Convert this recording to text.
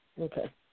Okay